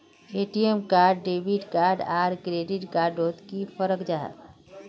ATM card debit card आर credit card डोट की फरक जाहा?